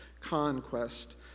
conquest